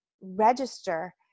register